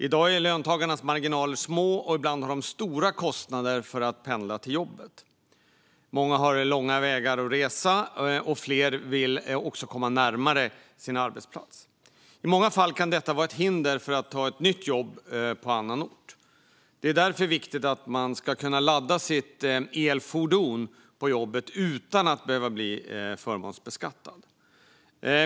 I dag är löntagarnas marginaler små, och ibland har de stora kostnader för att pendla till jobbet. Många har lång väg att resa, och fler vill komma närmare sin arbetsplats. I många fall kan detta vara ett hinder för att ta ett nytt jobb på annan ort. Därför är det viktigt att man ska kunna ladda sitt elfordon på jobbet utan att behöva bli förmånsbeskattad.